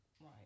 Right